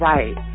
Right